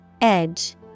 Edge